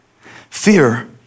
fear